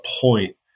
point